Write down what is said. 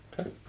Okay